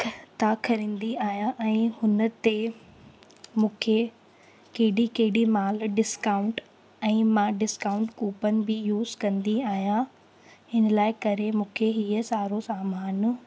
तां खरंदी आहियां ऐं हुन ते मूंखे केॾी केॾी महिल डिस्काउंट ऐं मां डिस्काउंट कूपन बि यूज़ कंदी आहियां हिन लाइ करे मूंखे हीअ सारो सामानु